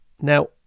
Now